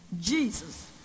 Jesus